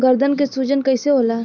गर्दन के सूजन कईसे होला?